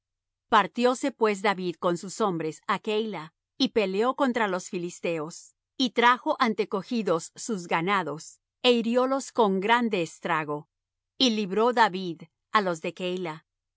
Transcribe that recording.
filisteos partióse pues david con sus hombres á keila y peleó contra los filisteos y trajo antecogidos sus ganados é hiriólos con grande estrago y libró david á los de keila